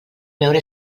veure